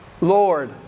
Lord